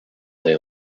they